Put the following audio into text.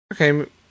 Okay